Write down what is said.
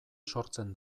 sortzen